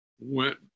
went